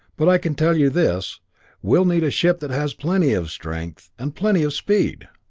but i can tell you this we'll need a ship that has plenty of strength and plenty of speed.